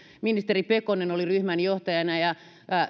ministeri pekonen oli ryhmänjohtajana ja